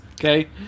okay